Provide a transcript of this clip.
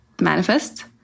manifest